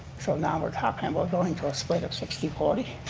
so now we're talking about going to a split of sixty forty?